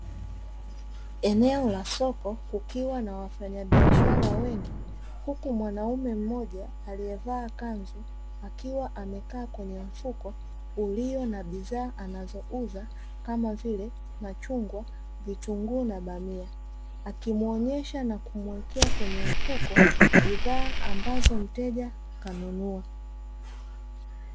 Eneo la soko kukiwa na wafanyabiashara wengi, huku mwanaume mmoja alievaa kanzu, akiwa amekaa kwenye mfuko ulio na bidhaa anazouza, kama vile machungwa, vitunguu na bamia. Akimwonyesha na kumwekea kwenye mfuko bidhaa ambazo mteja kanunua